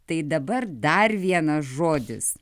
tai dabar dar vienas žodis